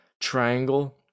triangle